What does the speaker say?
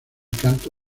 canto